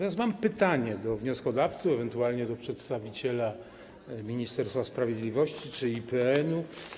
Mam pytanie do wnioskodawców, ewentualnie do przedstawicieli Ministerstwa Sprawiedliwości czy IPN-u.